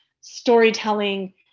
storytelling